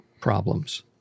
problems